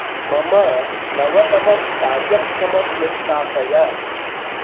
मम नवतमं कार्यक्रमं निष्कासय